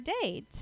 date